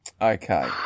Okay